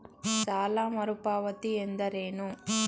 ಸಾಲ ಮರುಪಾವತಿ ಎಂದರೇನು?